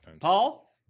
Paul